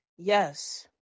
Yes